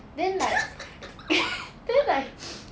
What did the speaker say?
then like then like